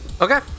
okay